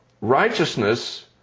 righteousness